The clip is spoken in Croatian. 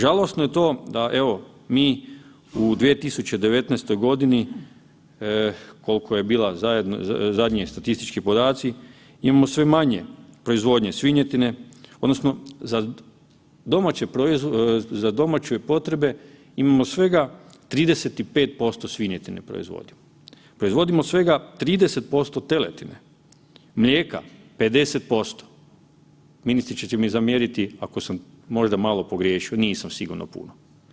Žalosno je to da evo mi u 2019.g. kolko je bila zadnji statistički podaci, imamo sve manje proizvodnje svinjetine odnosno za domaće potrebe imamo svega 35% svinjetine proizvodimo, proizvodimo svega 30% teletine, mlijeka 50%, ministrice ćete mi zamjeriti ako sam možda malo pogriješio, nisam sigurno puno.